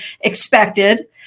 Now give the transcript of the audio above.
expected